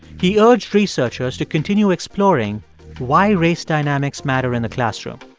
he urged researchers to continue exploring why race dynamics matter in the classroom